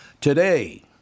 Today